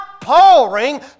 pouring